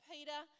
Peter